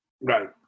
Right